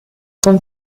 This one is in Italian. con